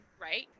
right